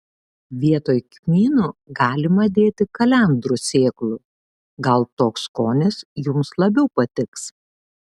vietoj kmynų galima dėti kalendrų sėklų gal toks skonis jums labiau patiks